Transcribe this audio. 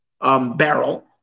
barrel